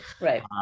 Right